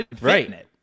Right